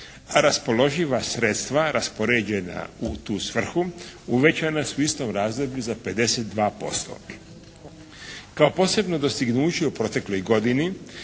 a raspoloživa sredstva raspoređena u tu svrhu uvećana su u istom razdoblju za 52%. Kao posebno dostignuće u protekloj godini